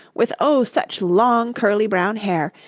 with oh, such long curly brown hair!